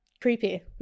Creepy